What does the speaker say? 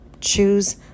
Choose